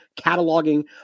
cataloging